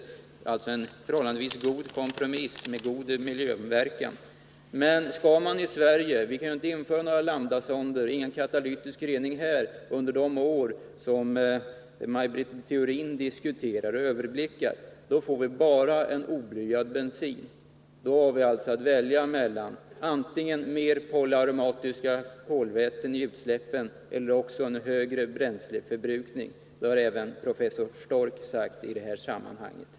Det är alltså en förhållandevis god Måndagen den kompromiss med god miljöpåverkan. Men vi kan i Sverige inte införa 28 april 1980 lambdasonder eller katalytisk rening under de år som Maj Britt Theorin diskuterar och överblickar. Under den tiden får vi bara en oblyad bensin. Då Om bilavgasernas har vi alltså att välja mellan antingen mer polyaromatiska kolväten i hälsooch miljöutsläppen eller också en högre bränsleförbrukning. Det har även professor effekter Stork sagt i det här sammanhanget.